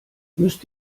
müsst